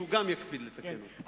שהוא גם יקפיד לתקן אותנו.